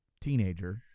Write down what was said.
teenager